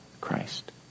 Christ